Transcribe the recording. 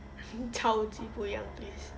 超级不一样 please